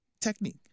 Technique